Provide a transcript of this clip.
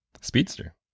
speedster